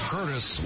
Curtis